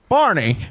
Barney